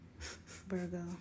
Virgo